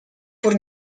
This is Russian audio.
пор